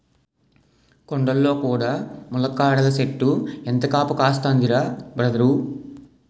కొండల్లో కూడా ములక్కాడల సెట్టు ఎంత కాపు కాస్తందిరా బదరూ